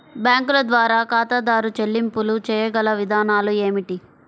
బ్యాంకుల ద్వారా ఖాతాదారు చెల్లింపులు చేయగల విధానాలు ఏమిటి?